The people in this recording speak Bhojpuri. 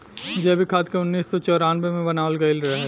जैविक खाद के उन्नीस सौ चौरानवे मे बनावल गईल रहे